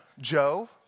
Joe